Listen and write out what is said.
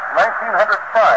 1905